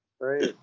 right